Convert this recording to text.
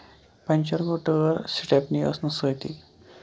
puncture گوٚو tyre stepney ٲسۍ نہٕ سۭتی